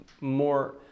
more